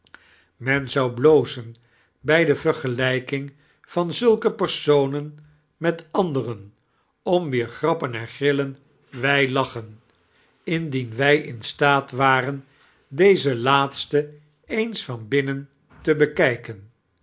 men aou blozen bij die veigelijking van zulke personein met andenen om wieir grappen en grillen wij lachen indien wij in stoat waren daze laatste eens van bimnen te bekijken